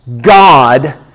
God